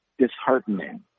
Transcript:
disheartening